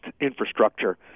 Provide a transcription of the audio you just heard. infrastructure